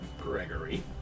Gregory